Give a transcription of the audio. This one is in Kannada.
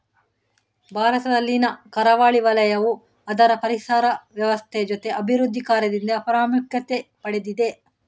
ಭಾರತದಲ್ಲಿನ ಕರಾವಳಿ ವಲಯವು ಅದರ ಪರಿಸರ ವ್ಯವಸ್ಥೆ ಜೊತೆ ಅಭಿವೃದ್ಧಿ ಕಾರ್ಯದಿಂದ ಪ್ರಾಮುಖ್ಯತೆ ಪಡೆದಿದೆ